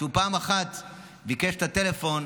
פעם אחת הוא ביקש את הטלפון